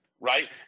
right